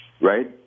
right